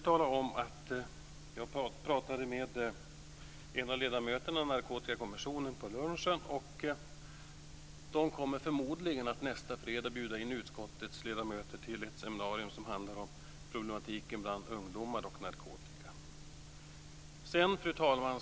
Jag har pratat med en av ledamöterna i Narkotikakommissionen på lunchen. Kommissionen kommer förmodligen att bjuda in utskottets ledamöter till ett seminarium nästa fredag som handlar om problematiken bland ungdomar och narkotika. Fru talman!